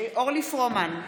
אורלי פרומן,